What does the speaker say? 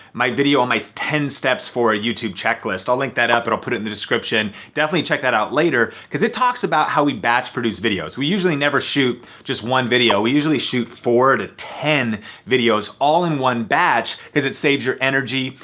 my video on my ten steps for youtube checklist, i'll link that up and but i'll put it on the description, definitely check that out later. cause it talks about how we batch produce videos. we usually never shoot just one video. we usually shoot four to ten videos all in one batch cause it saves your energy,